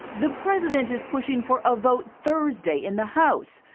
the president is pushing for a vote thursday in the house.